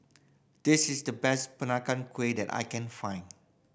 this is the best Peranakan Kueh that I can find